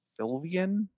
Sylvian